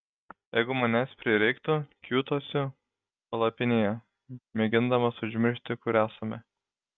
jeigu manęs prireiktų kiūtosiu palapinėje mėgindamas užmiršti kur esame